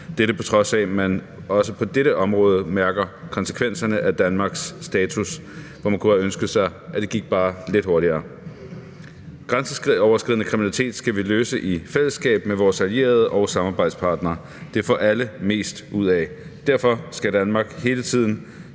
dette på trods af, at man også på dette område mærker konsekvenserne af Danmarks status, hvor man kunne have ønsket sig, at det gik bare lidt hurtigere. Grænseoverskridende kriminalitet skal vi løse i fællesskab med vores allierede og vores samarbejdspartnere; det får alle mest ud af. Derfor skal Danmark hele tiden